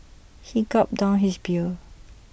he gulped down his beer